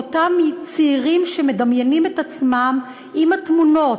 ואותם צעירים שמדמיינים את עצמם עם התמונות.